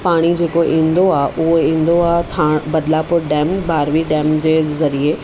पाणी जेको ईंदो आहे उहो ईंदो आहे था बदलापुर डेम बारवी डेम जे ज़रिए